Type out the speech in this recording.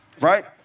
Right